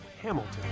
Hamilton